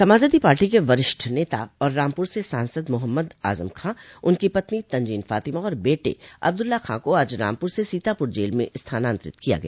Samajwadi Party के वरिष्ठ नेता और रामपुर से सांसद मोहम्मद आजम खां उनकी पत्नी तंजीन फातिमा और बेटे विधायक अब्द्रला खां को आज रामपुर से सीतापुर जेल में स्थानान्तरित किया गया